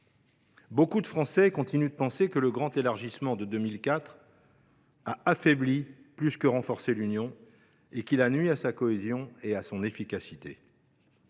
De nombreux Français continuent de penser que le grand élargissement de 2004 a affaibli, plus que renforcé, l’Union, et qu’il a nui à sa cohésion et à son efficacité.